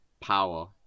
power